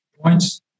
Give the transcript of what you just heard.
points